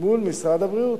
מול משרד הבריאות.